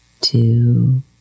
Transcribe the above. two